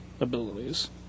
abilities